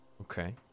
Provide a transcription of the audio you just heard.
Okay